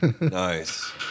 Nice